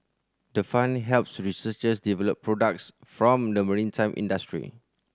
the fund helps researchers develop products from the maritime industry